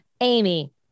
Amy